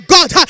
God